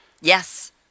Yes